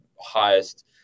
highest